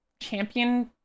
champion